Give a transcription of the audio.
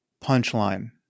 punchline